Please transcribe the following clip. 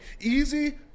Easy